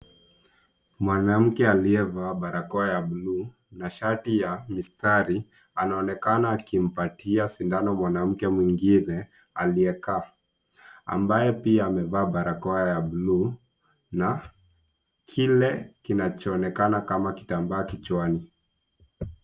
Mwanamke aliyevaa barakoa ya blue na shati ya mistari, anaonekana akimpatia sindano mwanamke mwingine aliyekaa ambaye pia amevaa barakoa ya blue na kile kinachoonekana kama kitambaa kichwani.